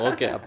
Okay